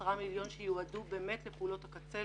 שקלים שיועדו באמת לפעולות הקצה,